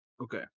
Okay